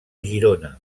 girona